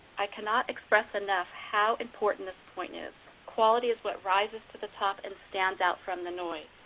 i cannot express enough how important this point is. quality is what rises to the top and stands out from the noise.